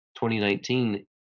2019